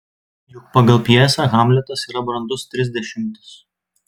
juk pagal pjesę hamletas yra brandus trisdešimtis